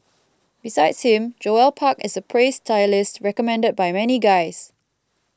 besides him Joel Park is a praised stylist recommended by many guys